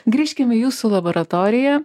grįžkim į jūsų laboratoriją